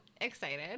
excited